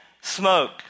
smoke